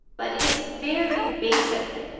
but it's very basic.